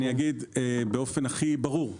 אני אגיד באופן הכי ברור,